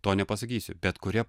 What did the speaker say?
to nepasakysiu bet kuria